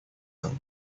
andes